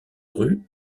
rue